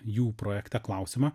jų projekte klausimą